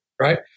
right